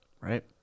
right